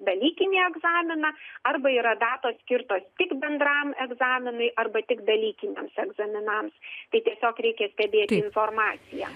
dalykinį egzaminą arba yra datos skirtos tik bendram egzaminui arba tik dalykiniams egzaminams tai tiesiog reikia stebėti informaciją